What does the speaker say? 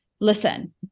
Listen